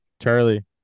Charlie